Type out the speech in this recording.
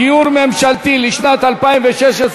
דיור ממשלתי, לשנת 2016,